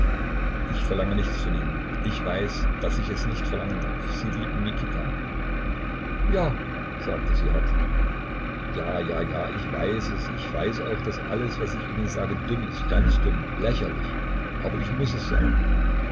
ich verlange nichts von ihnen ich weiß daß ich es nicht verlangen darf sie lieben mikita ja sagte sie hart ja ja ja ich weiß es ich weiß auch daß alles was ich ihnen sage dumm ist ganz dumm lächerlich aber ich muß es sagen